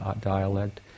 dialect